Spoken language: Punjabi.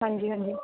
ਹਾਂਜੀ ਹਾਂਜੀ